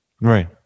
right